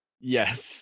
yes